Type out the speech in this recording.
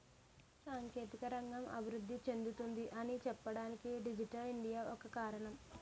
సాంకేతిక రంగం అభివృద్ధి చెందుతుంది అని చెప్పడానికి డిజిటల్ ఇండియా ఒక కారణం